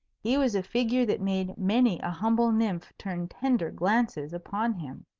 he was a figure that made many a humble nymph turn tender glances upon him.